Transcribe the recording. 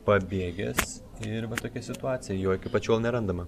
pabėgęs ir tokia situacija jo iki pat šiol nerandama